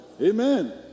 Amen